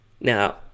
Now